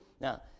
Now